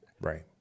right